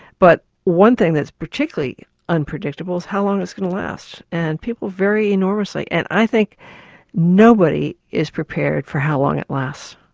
but one thing that's particularly unpredictable is how long it's going to last, and people vary enormously. and i think nobody is prepared for how long it lasts.